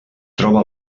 troba